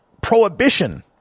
prohibition